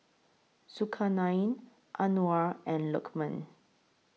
Zulkarnain Anuar and Lukman